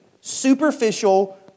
superficial